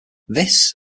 this